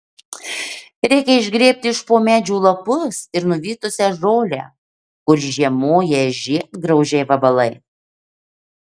reikia išgrėbti iš po medžių lapus ir nuvytusią žolę kur žiemoja žiedgraužiai vabalai